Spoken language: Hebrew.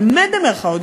באמת במירכאות,